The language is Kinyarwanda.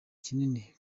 kinini